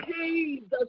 Jesus